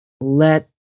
let